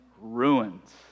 ruins